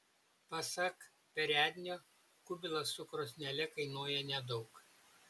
pasak perednio kubilas su krosnele kainuoja nedaug